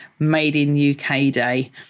MadeInUKDay